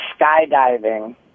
skydiving